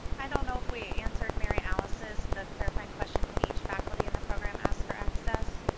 i don't know if we answered mary alices the clarifying question can each faculty in the program ask for access?